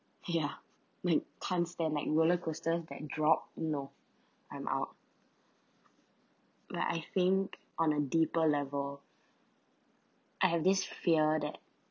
ya like can't stand like roller coasters that drop you know I'm out but I think on a deeper level I have this fear that